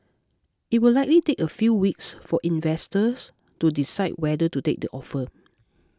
it will likely take a few weeks for investors to decide whether to take the offer